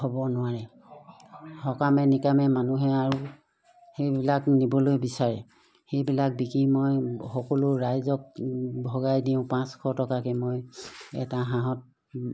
হ'ব নোৱাৰে সকামে নিকামে মানুহে আৰু সেইবিলাক নিবলৈ বিচাৰে সেইবিলাক বিকি মই সকলো ৰাইজক ভগাই দিওঁ পাঁচশ টকাকৈ মই এটা হাঁহত